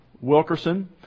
Wilkerson